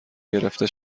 گرفته